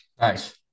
Nice